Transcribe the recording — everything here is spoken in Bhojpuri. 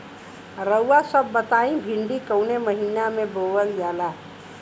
रउआ सभ बताई भिंडी कवने महीना में बोवल जाला?